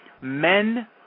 men